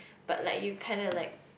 but like you kind of like